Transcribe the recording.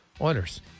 Oilers